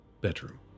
bedroom